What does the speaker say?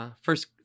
first